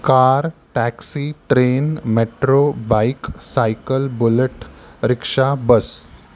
car taxi train metro bike cycle bullet rickshaw bus